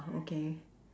okay